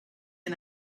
and